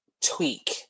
tweak